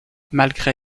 malgré